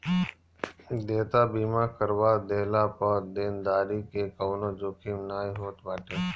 देयता बीमा करवा लेहला पअ देनदारी के कवनो जोखिम नाइ होत बाटे